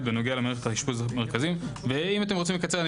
בנוגע למערכת האשפוז במרכזים אם אתם רוצים לקצר אני